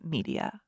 Media